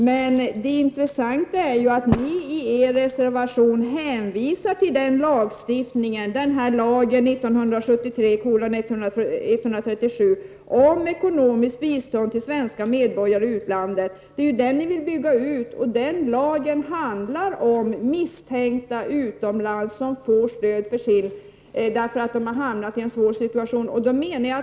Men det intressanta är att ni i er reservation hänvisar till lagen om ekonomiskt bistånd till svenska medborgare i utlandet. Den lagen, som ni vill bygga ut, handlar om svenskar i utlandet som är misstänkta för brott och som får stöd från Sverige därför att de har hamnat i en svår situation.